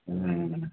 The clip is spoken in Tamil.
ம் ம்